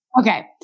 Okay